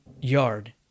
yard